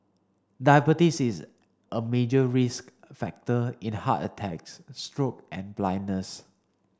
diabetes is a major risk factor in heart attacks stroke and blindness